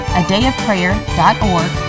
adayofprayer.org